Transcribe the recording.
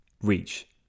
reach